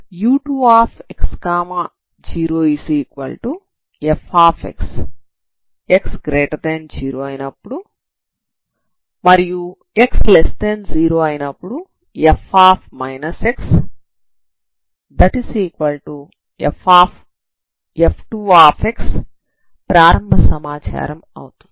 u2x0fx x0 f x x0 f2x ప్రారంభ సమాచారం అవుతుంది